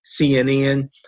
CNN